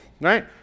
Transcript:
right